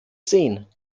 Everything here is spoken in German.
sehen